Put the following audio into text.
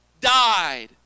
died